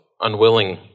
unwilling